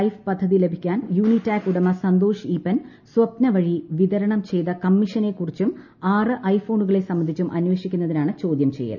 life പദ്ധ്യതി ലഭിക്കാൻ യൂണിടാക് ഉടമ സന്തോഷ് ഈപ്പൻ സ്വപ്ന് പൂഴി വിതരണം ചെയ്ത കമ്മീഷനെക്കുറിച്ചും ആറ് ഐ ഫോണുകളെ സംബന്ധിച്ചും അന്വേഷിക്കുന്നതിനാണ് ചോദ്യം ചെയ്യൽ